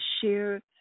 share